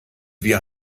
wir